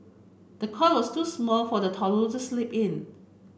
the cot was too small for the toddler to sleep in